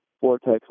Vortex